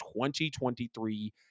2023